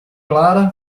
clara